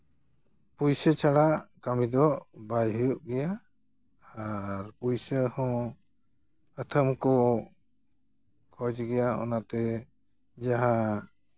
ᱯᱩᱭᱥᱟᱹ ᱪᱷᱟᱲᱟ ᱞᱟᱹᱢᱤ ᱫᱚ ᱵᱟᱭ ᱦᱩᱭᱩᱜ ᱜᱮᱭᱟ ᱟᱨ ᱯᱩᱭᱥᱟᱹ ᱦᱚᱸ ᱟᱹᱛᱷᱟᱹᱱ ᱠᱚ ᱠᱷᱚᱡᱽ ᱜᱮᱭᱟ ᱚᱱᱟᱛᱮ ᱡᱟᱦᱟᱸ